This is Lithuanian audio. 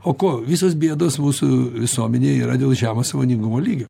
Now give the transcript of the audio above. o ko visos bėdos mūsų visuomenėj yra dėl žemo sąmoningumo lygio